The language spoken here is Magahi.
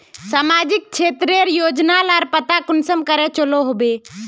सामाजिक क्षेत्र रेर योजना लार पता कुंसम करे चलो होबे?